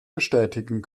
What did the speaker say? bestätigen